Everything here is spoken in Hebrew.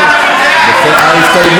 ההסתייגות ירדה.